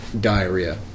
Diarrhea